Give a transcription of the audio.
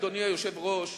אדוני היושב-ראש,